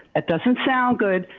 it doesn't sound good,